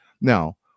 Now